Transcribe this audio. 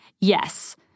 Yes